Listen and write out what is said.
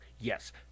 Yes